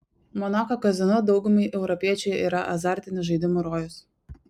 monako kazino daugumai europiečių yra azartinių žaidimų rojus